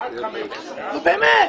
נו באמת.